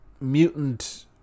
mutant